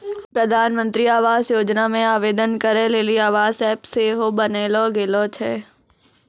प्रधानमन्त्री आवास योजना मे आवेदन करै लेली आवास ऐप सेहो बनैलो गेलो छै